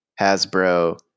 Hasbro